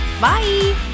Bye